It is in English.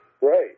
Right